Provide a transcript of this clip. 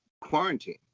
quarantine